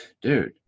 dude